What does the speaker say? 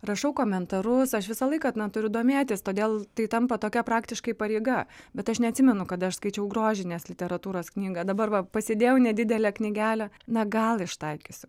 rašau komentarus aš visą laiką na turiu domėtis todėl tai tampa tokia praktiškai pareiga bet aš neatsimenu kada aš skaičiau grožinės literatūros knygą dabar va pasidėjau nedidelę knygelę na gal ištaikysiu